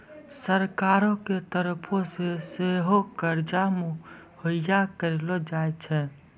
सरकारो के तरफो से सेहो कर्जा मुहैय्या करलो जाय छै